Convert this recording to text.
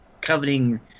coveting